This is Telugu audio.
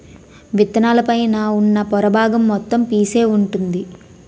విత్తనాల పైన ఉన్న పొర బాగం మొత్తం పీసే వుంటుంది